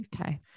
okay